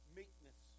meekness